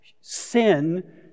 sin